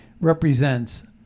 represents